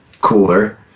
cooler